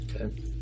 Okay